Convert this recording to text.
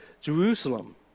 Jerusalem